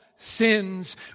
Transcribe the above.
sins